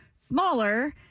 smaller